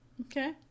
Okay